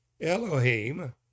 Elohim